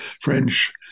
French